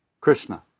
Krishna